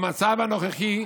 במצב הנוכחי,